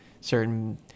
certain